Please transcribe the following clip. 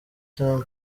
tam